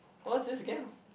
what's this game